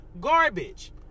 garbage